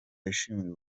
yashimiye